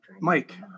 Mike